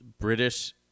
British